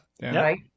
Right